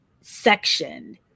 section